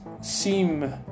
seem